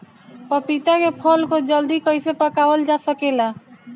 पपिता के फल को जल्दी कइसे पकावल जा सकेला?